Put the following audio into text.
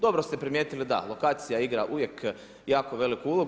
Dobro ste primijetili, da lokacija igra uvijek, jako veliku ulogu.